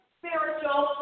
spiritual